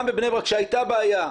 גם בבני ברק כשהייתה בעיה,